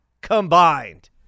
combined